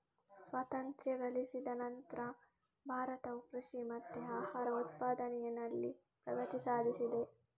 ಸ್ವಾತಂತ್ರ್ಯ ಗಳಿಸಿದ ನಂತ್ರ ಭಾರತವು ಕೃಷಿ ಮತ್ತೆ ಆಹಾರ ಉತ್ಪಾದನೆನಲ್ಲಿ ಪ್ರಗತಿ ಸಾಧಿಸಿದೆ